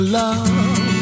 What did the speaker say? love